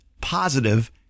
positive